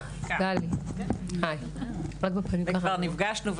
כבר נפגשנו,